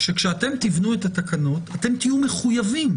שכשאתם תבנו את התקנות, תהיו מחויבים